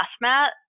mat